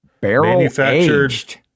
barrel-aged